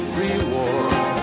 reward